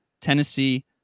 tennessee